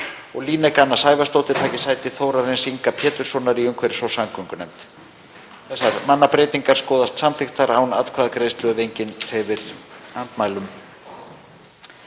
og Líneik Anna Sævarsdóttir taki sæti Þórarins Inga Péturssonar í umhverfis- og samgöngunefnd. Þessar mannabreytingar skoðast samþykktar án atkvæðagreiðslu ef enginn hreyfir andmælum.